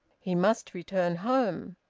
he must return home.